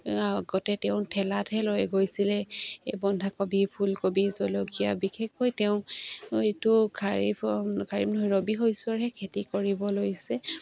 আগতে তেওঁ ঠেলাতহে লৈ গৈছিলে এই বন্ধাকবি ফুলকবি জলকীয়া বিশেষকৈ তেওঁ এইটো খাৰীফ ৰবি শসৰেহে খেতি কৰিব লৈছে